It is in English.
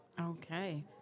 Okay